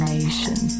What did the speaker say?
Nation